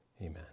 Amen